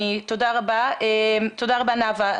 תודה רבה, נאוה.